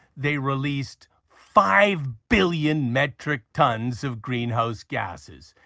they released five billion metric tonnes of greenhouse gases.